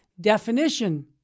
definition